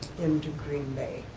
in to green bay.